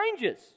changes